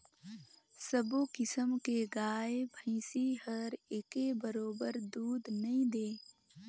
सबो किसम के गाय भइसी हर एके बरोबर दूद नइ दे